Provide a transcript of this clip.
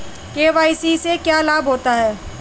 KYC से क्या लाभ होता है?